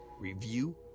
review